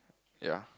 ya